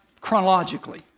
chronologically